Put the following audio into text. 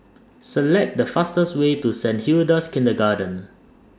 Select The fastest Way to Saint Hilda's Kindergarten